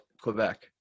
Quebec